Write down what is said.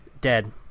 Dead